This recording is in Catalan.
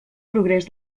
progrés